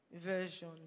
version